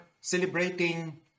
celebrating